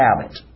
habit